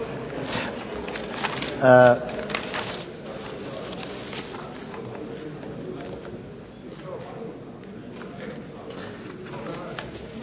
Hvala vam